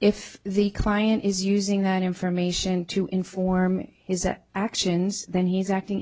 if the client is using that information to inform his actions then he's acting